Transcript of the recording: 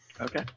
Okay